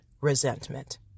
resentment